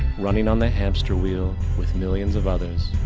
running on a hamster wheel, with millions of others,